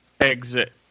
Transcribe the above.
exit